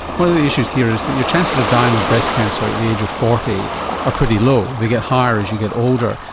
one of the issues here is that your chances of dying of breast cancer at the age of forty are pretty low, they get higher as you get older.